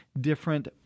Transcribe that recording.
different